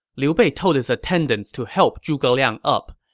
liu bei told his attendants to help zhuge liang up.